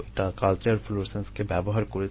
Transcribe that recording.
এটা কালচার ফ্লুরোসেন্সকে ব্যবহার করেছে